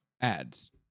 ads